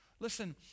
Listen